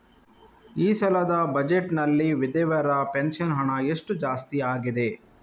ಈ ಸಲದ ಬಜೆಟ್ ನಲ್ಲಿ ವಿಧವೆರ ಪೆನ್ಷನ್ ಹಣ ಎಷ್ಟು ಜಾಸ್ತಿ ಆಗಿದೆ?